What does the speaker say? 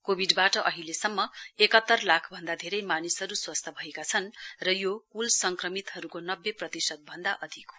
कोविडबाट अहिलेसम्म एकात्तर लाख भन्दा धेरै मानिसहरु स्वस्थ भएका छन् र यो कुल संक्रमितहरुको नब्बे प्रतिशत भन्दा अधिक हो